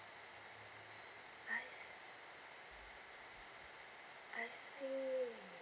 I see I see